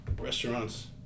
restaurants